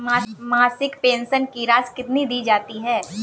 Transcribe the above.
मासिक पेंशन की राशि कितनी दी जाती है?